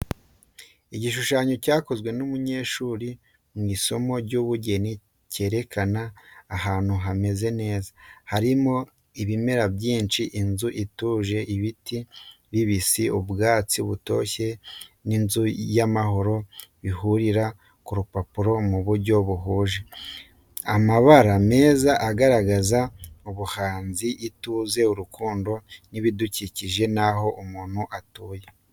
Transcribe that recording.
Igishushanyo cyakozwe n’umunyeshuri mu isomo ry’ubugeni cyerekana ahantu hameze neza, harimo ibimera byinshi n’inzu ituje. Ibiti bibisi, ubwatsi butoshye, n’inzu y’amahoro bihurira ku rupapuro mu buryo buhuje. Amabara meza agaragaza ubuhanzi, ituze, n’urukundo rw’ibidukikije naho umuntu atuye.